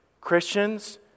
Christians